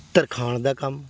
ਤਰਖਾਣ ਦਾ ਕੰਮ